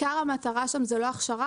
עיקר המטרה שם זו לא הכשרה,